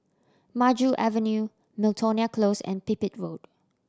Maju Avenue Miltonia Close and Pipit Road